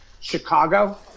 Chicago